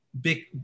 big